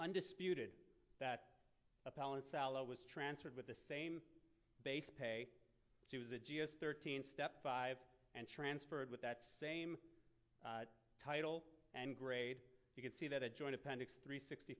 and disputed that appellant salah was transferred with the same base pay she was a g s thirteen step five and transferred with that same title and grade you can see that a joint appendix three sixty